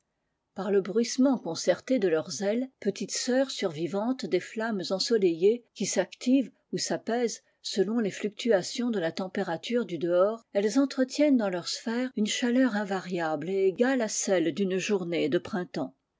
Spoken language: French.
par le bruissement concerté de leurs ailes petites sœurs survivantes des flammes ensoleillées qui s'activent ou s'apaisent selon les fluctuations de la température du dehors elles entretiennent dans leur sphère une chaleur invariable et égale à celle d'une journée de printemps